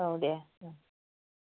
औ दे